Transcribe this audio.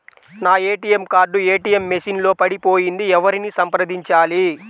నా ATM card ATM machine లో పడిపోయింది ఎవరిని సంప్రదించాలి?